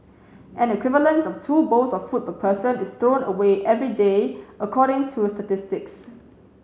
an equivalent of two bowls of food person is thrown away every day according to statistics